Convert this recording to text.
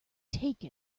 take